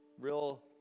real